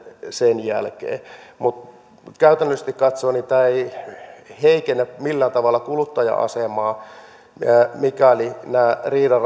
sen jälkeen siinä on seuraavana sitten kuluttajariitalautakunta käytännöllisesti katsoen tämä ei heikennä millään tavalla kuluttajan asemaa mikäli nämä riidan